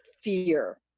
fear